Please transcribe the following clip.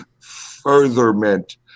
Furtherment